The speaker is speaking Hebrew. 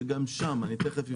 ואני תיכף אפרט.